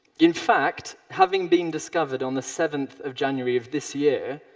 in fact, having been discovered on the seventh of january of this year,